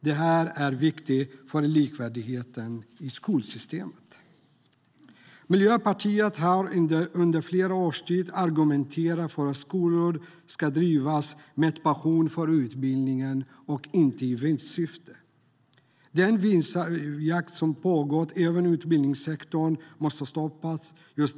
Det är viktigt för likvärdigheten i skolsystemet. Miljöpartiet har under flera års tid argumenterat för att skolor ska drivas med passion för utbildning och inte i vinstsyfte. Den vinstjakt som har pågått inom utbildningssektorn måste stoppas.